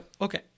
Okay